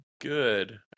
good